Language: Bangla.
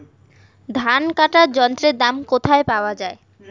ধান কাটার যন্ত্রের দাম কোথায় পাওয়া যায়?